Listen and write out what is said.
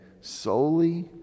solely